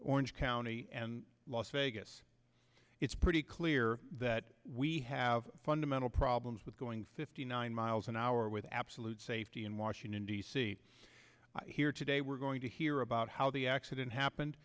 county and las vegas it's pretty clear that we have fundamental problems with going fifty nine miles an hour with absolute safety in washington d c here today we're going to hear about how the accident happened